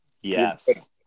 Yes